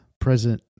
present